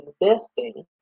investing